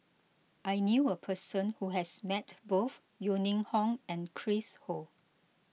I knew a person who has met both Yeo Ning Hong and Chris Ho